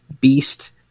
Beast